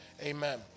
Amen